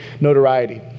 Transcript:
notoriety